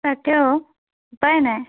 তাকেও উপায় নাই